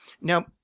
Now